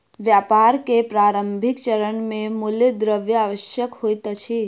व्यापार के प्रारंभिक चरण मे मूल द्रव्य आवश्यक होइत अछि